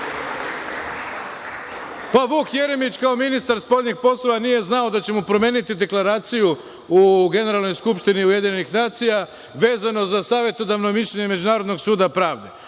Vuk Jeremić kao ministar spoljnih poslova nije znao da će mu promeniti deklaraciju u generalnoj skupštini UN vezano za savetodavno mišljenje Međunarodnog suda pravde.